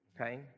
okay